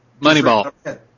Moneyball